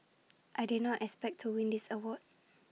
I did not expect to win this award